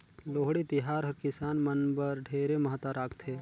लोहड़ी तिहार हर किसान मन बर ढेरे महत्ता राखथे